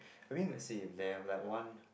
let's see they have like one